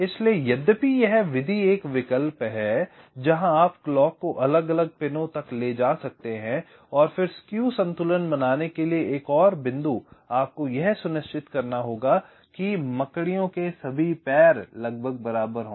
इसलिए यद्यपि यह विधि एक विकल्प है जहां आप क्लॉक को अलग अलग पिनों तक ले जा सकते हैं और फिर स्क्यू संतुलन बनाने के लिए एक और बिंदु आपको यह सुनिश्चित करना होगा कि मकड़ियों के सभी पैर लगभग बराबर हों